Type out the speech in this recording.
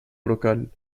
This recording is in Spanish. brocal